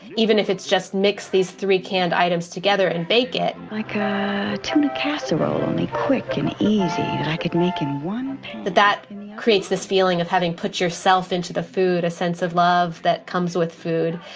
even if it's just mix these three canned items together and bake it like a casserole, only quick and easy, that i could make it one that that creates this feeling of having put yourself into the food, a sense of love that comes with food.